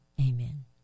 Amen